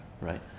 right